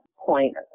point